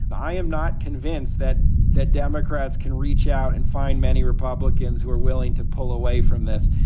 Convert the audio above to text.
and i am not convinced that that democrats can reach out and find many republicans who are willing to pull away from this.